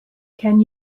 can